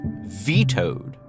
vetoed